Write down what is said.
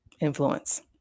influence